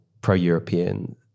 pro-European